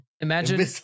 Imagine